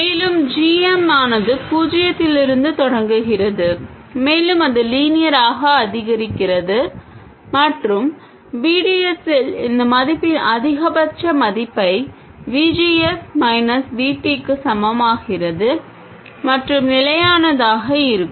மேலும் g m ஆனது பூஜ்ஜியத்தில் இருந்து தொடங்குகிறது மேலும் அது லீனியராக அதிகரிக்கிறது மற்றும் V D S இல் இந்த மதிப்பின் அதிகபட்ச மதிப்பை V G S minus V Tக்கு சமமாகிறது மற்றும் நிலையானதாக இருக்கும்